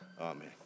Amen